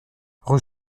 rue